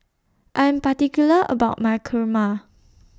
I Am particular about My Kurma